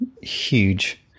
huge